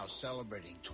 celebrating